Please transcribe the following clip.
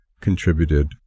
contributed